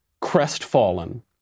crestfallen